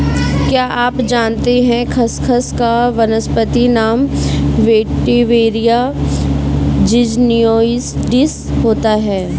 क्या आप जानते है खसखस का वानस्पतिक नाम वेटिवेरिया ज़िज़नियोइडिस होता है?